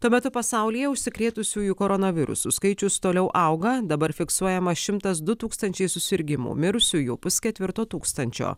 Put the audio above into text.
tuo metu pasaulyje užsikrėtusiųjų koronavirusu skaičius toliau auga dabar fiksuojama šimtas du tūkstančiai susirgimų mirusiųjų pusketvirto tūkstančio